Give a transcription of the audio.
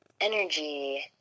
Energy